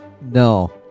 No